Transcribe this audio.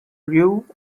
ryu